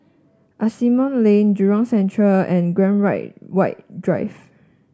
Asimont Lane Jurong Central and Graham Right White Drive